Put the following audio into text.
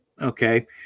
Okay